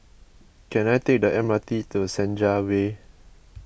can I take the M R T to Senja Way